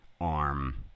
arm